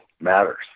matters